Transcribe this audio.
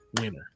winner